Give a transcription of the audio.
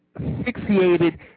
asphyxiated